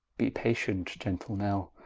be patient, gentle nell,